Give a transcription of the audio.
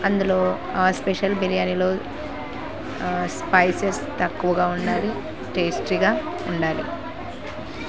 అందులో ఆ స్పెషల్ బిర్యానీలో స్పైసెస్ తక్కువగా ఉండాలి టేస్టీగా ఉండాలి